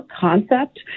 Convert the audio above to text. concept